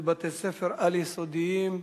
בבתי-ספר על-יסודיים",